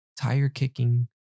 tire-kicking